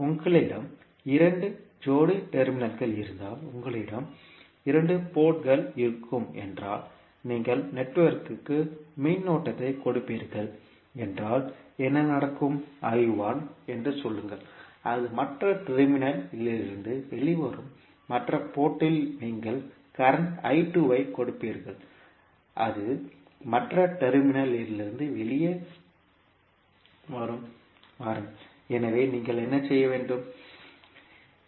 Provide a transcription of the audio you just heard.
உங்களிடம் இரண்டு ஜோடி டெர்மினல்கள் இருந்தால் உங்களிடம் இரண்டு போர்ட்கள் இருக்கும் என்றால் நீங்கள் நெட்வொர்க்கிற்கு மின்னோட்டத்தை கொடுப்பீர்கள் என்றால் என்ன நடக்கும் என்று சொல்லுங்கள் அது மற்ற டெர்மினல் இலிருந்து வெளிவரும் மற்ற போர்ட் இல் நீங்கள் கரண்ட் ஐ கொடுப்பீர்கள் அது மற்ற டெர்மினல் இலிருந்து வெளியே வாருங்கள் எனவே நீங்கள் என்ன செய்ய முடியும்